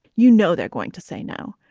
you know, they're going to say no.